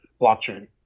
blockchain